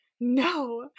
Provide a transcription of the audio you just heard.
No